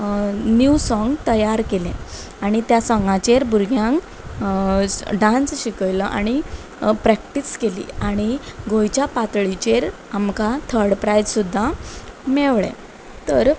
नीव सोंग तयार केले आनी त्या सोंगाचेर भुरग्यांक डांस शिकयलो आनी प्रॅक्टीस केली आनी गोंयच्या पातळीचेर आमकां थर्ड प्रायज सुद्दां मेळ्ळें तर